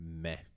meh